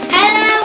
Hello